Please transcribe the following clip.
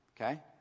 Okay